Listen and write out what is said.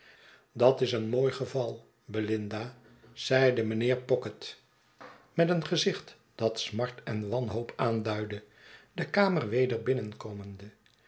dat is een mooi geval belinda zeide mijnheer pocket met een gezicht dat smart en wanhoop aanduidde de kamer wed